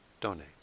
donate